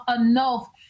enough